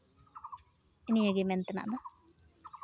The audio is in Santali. ᱱᱤᱭᱟᱹᱜᱮ ᱢᱮᱱ ᱛᱮᱱᱟᱜ ᱫᱚ